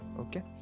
Okay